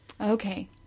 Okay